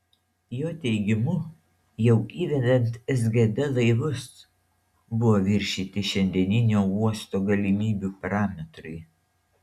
jo teigimu jau įvedant sgd laivus buvo viršyti šiandieninio uosto galimybių parametrai